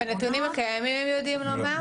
בנתונים הקיימים הם יודעים לומר.